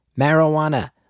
Marijuana